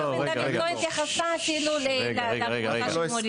יפה בן דוד לא התייחסה אפילו למורים עולים --- מאיר,